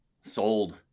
Sold